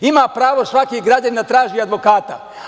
Ima pravo svaki građanin da traži advokata.